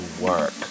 work